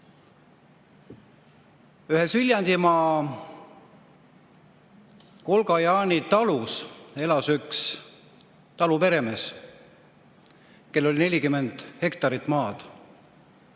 Ühes Viljandimaa Kolga-Jaani talus elas üks taluperemees, kellel oli 40 hektarit maad.